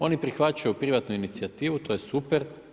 Oni prihvaćaju privatnu inicijativu to je super.